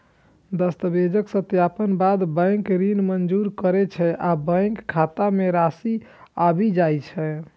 दस्तावेजक सत्यापनक बाद बैंक ऋण मंजूर करै छै आ बैंक खाता मे राशि आबि जाइ छै